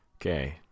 Okay